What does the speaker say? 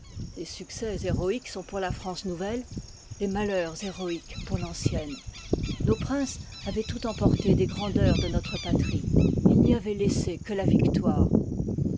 les succès héroïques sont pour la france nouvelle les malheurs héroïques pour l'ancienne nos princes avoient tout emporté des grandeurs de notre patrie ils n'y avoient laissé que la victoire